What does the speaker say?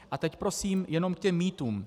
A teď prosím jenom k těm mýtům.